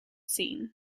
scene